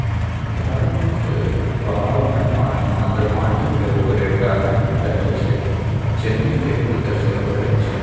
धारक बहावमे पानि मात्र माटिक उपरे टा नहि रहय छै जमीनक भीतर सेहो रहय छै